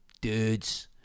dudes